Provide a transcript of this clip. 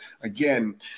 again